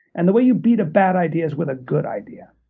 and they way you beat a bad idea is with a good idea.